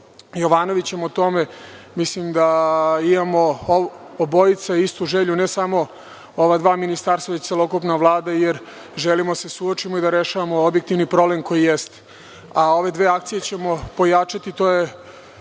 Jovanovićem o tome, mislim da imamo obojica istu želju, ne samo ova dva ministarstva, već celokupna Vlada, jer želimo da se suočimo i da rešavamo objektivni problem. Ove dve akcije ćemo pojačati, to je